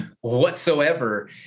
whatsoever